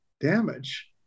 damage